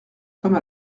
comme